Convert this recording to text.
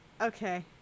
okay